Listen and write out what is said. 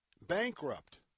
bankrupt